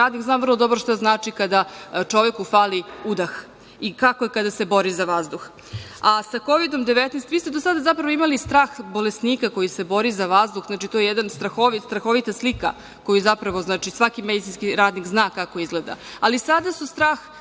radnik znam vrlo dobro šta znači kada čoveku fali udah i kako je kada se bori za vazduh. Sa COVID – 19, vi ste do sada, zapravo, imali strah bolesnika koji se bori za vazduh, znači to je jedana strahovita slika koju svaki medicinski radnik zna kako izgleda,